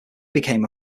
became